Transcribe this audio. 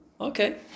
okay